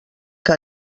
que